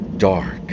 Dark